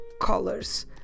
colors